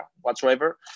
whatsoever